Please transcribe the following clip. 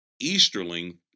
Easterling